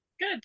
Good